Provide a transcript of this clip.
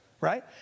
Right